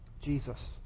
Jesus